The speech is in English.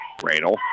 Radel